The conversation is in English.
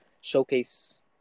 showcase